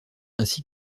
ainsi